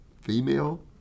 female